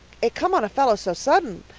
it come on a fellow so sudden.